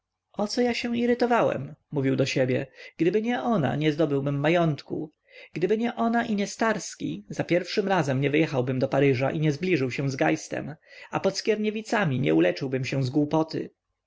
o co ja się irytowałem mówił do siebie gdyby nie ona nie zdobyłbym majątku gdyby nie ona i nie starski za pierwszym razem nie wyjechałbym do paryża i nie zbliżyłbym się z geistem a pod skierniewicami nie uleczyłbym się z głupoty